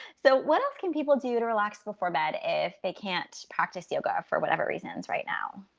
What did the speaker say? so what else can people do to relax before bed if they can't practice yoga for whatever reasons right now?